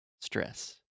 stress